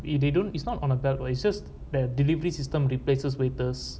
if they don't it's not on a belt what it's just the delivery system replaces waiters